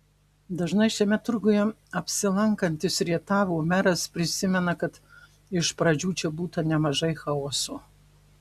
dažnai šiame turguje apsilankantis rietavo meras prisimena kad iš pradžių čia būta nemažai chaoso